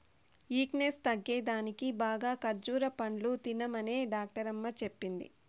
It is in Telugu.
ఈక్నేస్ తగ్గేదానికి బాగా ఖజ్జూర పండ్లు తినమనే డాక్టరమ్మ చెప్పింది